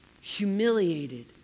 humiliated